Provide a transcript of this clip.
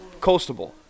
coastable